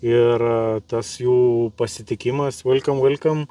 ir tas jų pasitikimas velkom velkom